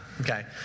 Okay